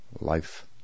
life